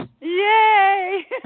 Yay